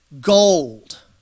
Gold